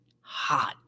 hot